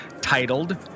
titled